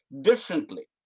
differently